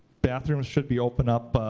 bathrooms should be opened up,